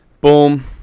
Boom